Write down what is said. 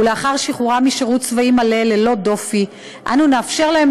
ולאחר שחרורם משירות צבאי מלא וללא דופי אנו נאפשר להם